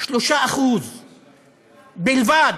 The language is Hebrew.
3% בלבד.